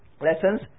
lessons